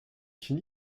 can